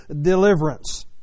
deliverance